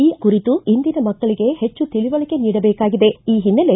ಈ ಕುರಿತು ಇಂದಿನ ಮಕ್ಕಳಿಗೆ ಹೆಚ್ಚು ತಿಳಿವಳಿಕೆ ನೀಡಬೇಕಾಗಿದೆ ಈ ಹಿನ್ನೆಲೆ